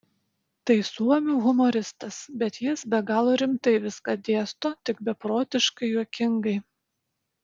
tai suomių humoristas bet jis be galo rimtai viską dėsto tik beprotiškai juokingai